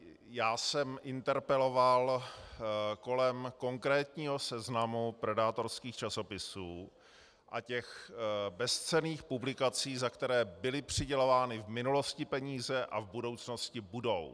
Já jsem interpeloval kolem konkrétního seznamu predátorských časopisů a těch bezcenných publikací, za které byly přidělovány v minulosti peníze a v budoucnosti budou.